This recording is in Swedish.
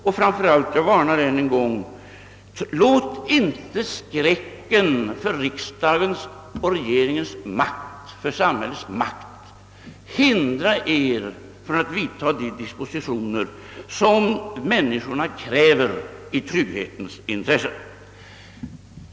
Och framför allt varnar jag än en gång: Låt inte skräcken för att öka samhällets — riksdagens och regeringens — makt hindra er från att vidta de dispositioner som människorna kräver i trygghetens intresse.